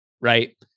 right